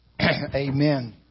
amen